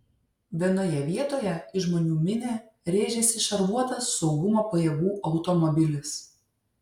vienoje vietoje į žmonių minią rėžėsi šarvuotas saugumo pajėgų automobilis